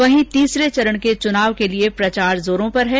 वहीं तीसरे चरण के चुनाव के लिए प्रचार जोरों पर है